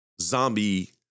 zombie